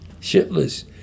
shitless